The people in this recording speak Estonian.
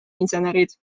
insenerid